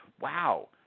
Wow